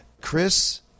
Chris